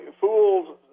fools